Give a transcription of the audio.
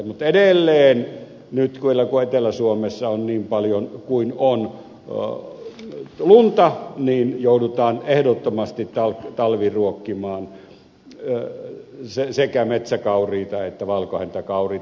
mutta edelleen nyt kun etelä suomessa on niin paljon lunta kuin on joudutaan ehdottomasti talviruokkimaan sekä metsäkauriita että valkohäntäkauriita